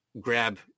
grab